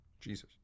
Jesus